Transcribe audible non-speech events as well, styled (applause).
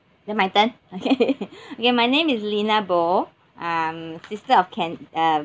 then my turn okay (laughs) okay my name is lina bo um sister of can~ uh